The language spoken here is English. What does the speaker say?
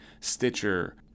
Stitcher